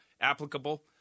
applicable